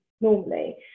normally